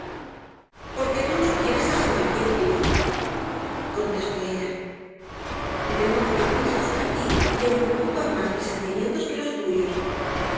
porque tú no quieres al señor heathcliff contestó ella de modo que piensas cati que me preocupan más mis sentimientos que los tuyos